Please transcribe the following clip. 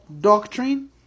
doctrine